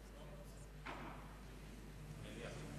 מליאה.